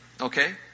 Okay